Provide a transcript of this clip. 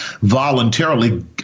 voluntarily